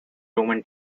roman